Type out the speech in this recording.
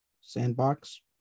Sandbox